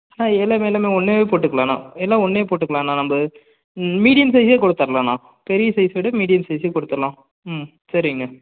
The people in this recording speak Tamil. ஆ எல்லாமே எல்லாமே ஒன்றாவே போட்டுக்கலாண்ணா எல்லாம் ஒன்றே போட்டுக்கலாண்ணா நம்ம மீடியம் சைஸே கூட தரலாண்ணா பெரிய சைஸை விட மீடியம் சைஸே கொடுத்துரலாம் ம் சரிங்க